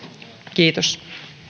kiitos